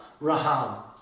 Raham